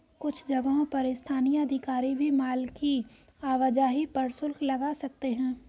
कुछ जगहों पर स्थानीय अधिकारी भी माल की आवाजाही पर शुल्क लगा सकते हैं